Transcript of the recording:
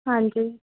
ਹਾਂਜੀ